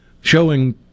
showing